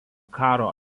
karo